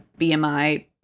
BMI